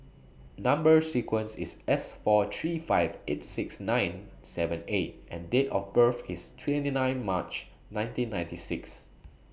Number sequence IS S four three five eight six nine seven A and Date of birth IS twenty nine March nineteen ninety six